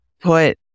put